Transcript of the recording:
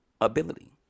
ability